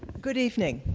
good evening.